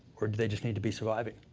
or do they just need to be surviving?